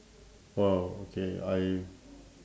!wow! okay I